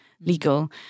legal